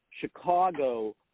Chicago